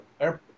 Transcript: Air